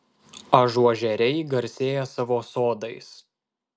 ažuožeriai garsėja savo sodais